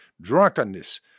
drunkenness